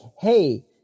hey